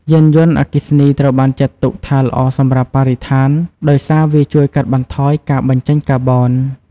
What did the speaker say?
យានយន្តអគ្គិសនីត្រូវបានចាត់ទុកថាល្អសម្រាប់បរិស្ថាន ដោយសារវាជួយកាត់បន្ថយការបញ្ចេញកាបូន។